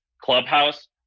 clubhouse